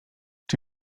czy